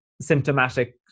symptomatic